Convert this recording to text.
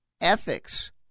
ethics